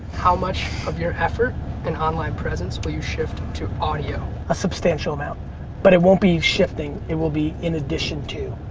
how much of your effort and online presence will you shift to audio? a substantial amount but it won't be shifting, it will be in addition to.